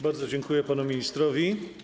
Bardzo dziękuję panu ministrowi.